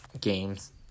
games